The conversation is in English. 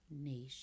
nation